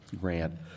grant